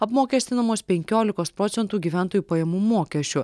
apmokestinamos penkiolikos procentų gyventojų pajamų mokesčiu